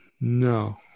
No